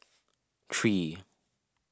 three